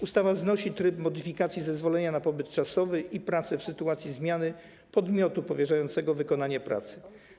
Ustawa znosi tryb modyfikacji zezwolenia na pobyt czasowy i pracę w sytuacji zmiany podmiotu powierzającego wykonanie pracy.